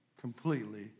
completely